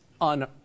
on